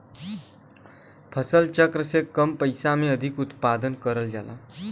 फसल चक्र से कम पइसा में अधिक उत्पादन करल जाला